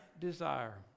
desire